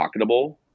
pocketable